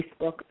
Facebook